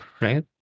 right